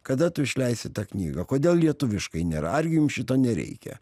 kada tu išleisi tą knygą kodėl lietuviškai nėra argi jum šito nereikia